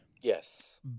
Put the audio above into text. Yes